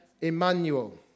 Emmanuel